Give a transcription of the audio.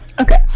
Okay